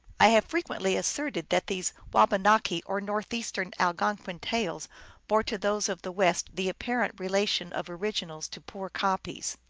i have frequently asserted that these wabanaki or northeastern algonquin tales bore to those of the west the apparent relation of originals to poor copies.